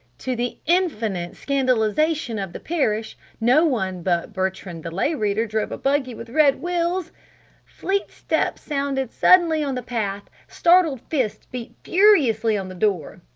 to the infinite scandalization of the parish no one but bertrand the lay reader drove a buggy with red wheels fleet steps sounded suddenly on the path! startled fists beat furiously on the door!